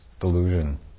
delusion